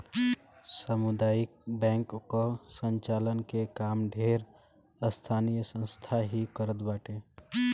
सामुदायिक बैंक कअ संचालन के काम ढेर स्थानीय संस्था ही करत बाटे